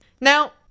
Now